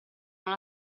non